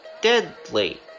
Deadly